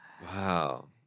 Wow